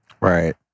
Right